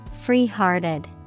Free-hearted